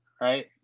right